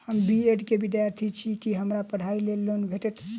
हम B Ed केँ विद्यार्थी छी, की हमरा पढ़ाई लेल लोन भेटतय?